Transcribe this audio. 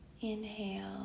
Inhale